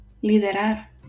liderar